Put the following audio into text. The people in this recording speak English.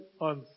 on